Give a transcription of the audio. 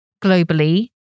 globally